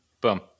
Boom